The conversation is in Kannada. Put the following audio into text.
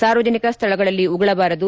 ಸಾರ್ವಜನಿಕ ಸ್ವಳಗಳಲ್ಲಿ ಉಗುಳಬಾರದು